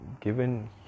given